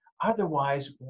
Otherwise